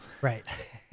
right